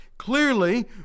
clearly